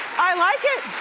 i like it.